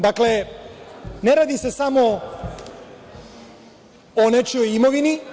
Dakle, ne radi se samo o nečijoj imovini.